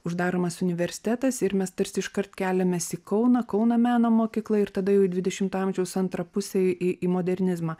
uždaromas universitetas ir mes tarsi iškart keliamės į kauną kauno meno mokykla ir tada jau į dvidešimtą amžiaus antrą pusę į į modernizmą